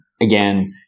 again